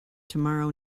tomorrow